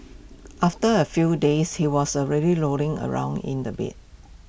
after A few days he was already rolling around in the bed